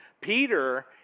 Peter